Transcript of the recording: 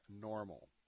normal